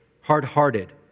hard-hearted